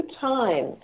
time